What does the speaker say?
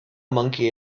monkey